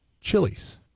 chilies